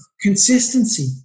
consistency